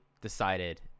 decided